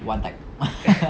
one type